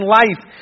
life